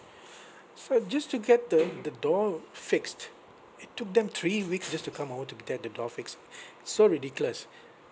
so just to get the the door fixed it took them three weeks just to come out to get the door fixed so ridiculous